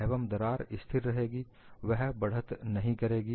एवं दरार स्थिर रहेगी यह बढ़त नहीं करेगी